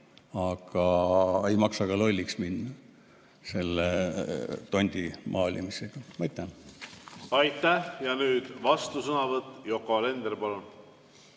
Aga ei maksa ka lolliks minna selle tondi maalimisega. Aitäh! Aitäh! Nüüd vastusõnavõtt. Yoko Alender, palun!